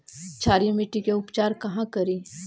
क्षारीय मिट्टी के उपचार कहा करी?